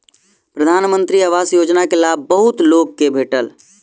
प्रधानमंत्री आवास योजना के लाभ बहुत लोक के भेटल